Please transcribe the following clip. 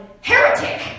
heretic